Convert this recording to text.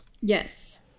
Yes